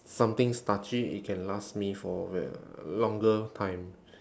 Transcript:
something starchy it can last me for a ve~ uh longer time